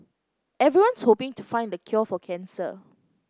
everyone's hoping to find the cure for cancer